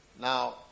Now